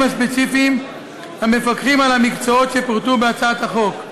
הספציפיים המפקחים על המקצועות שפורטו בהצעת החוק: